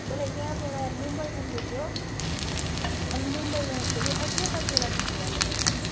मलाई यहाँबाट मुम्बई पुग्नु थियो अब मुम्बइबाट फेरि अझ कतिवटा ठाउँ जानु पर्छ